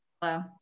Hello